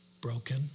broken